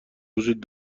وجود